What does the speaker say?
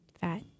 Fat